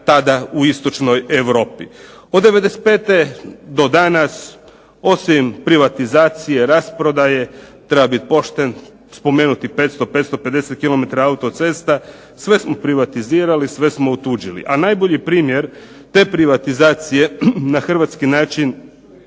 tada u Istočnoj Europi. Od '95. do danas osim privatizacije, rasprodaje treba bit pošten, spomenuti 500, 550 kilometara autocesta, sve smo privatizirali, sve smo otuđili, a najbolji primjer deprivatizacije na hrvatski način